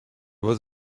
was